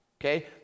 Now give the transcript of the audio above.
Okay